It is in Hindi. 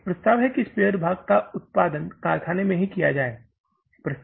एक प्रस्ताव है कि स्पेयर भाग का उत्पादन कारखाने में ही किया जाये